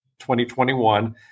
2021